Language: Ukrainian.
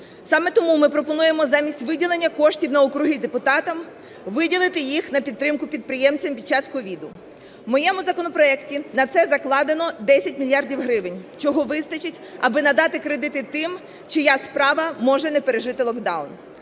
Саме тому ми пропонуємо замість виділення коштів на округи депутатам, виділити їх на підтримку підприємцям під час COVID. У моєму законопроекті на це закладено 10 мільярдів гривень, чого вистачить, аби надати кредити тим, чия справа може не пережити локдаун.